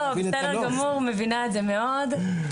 בסדר גמור, מבינה את זה מאוד.